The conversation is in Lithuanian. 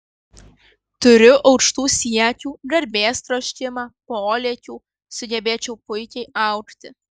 turiu aukštų siekių garbės troškimą polėkių sugebėčiau puikiai augti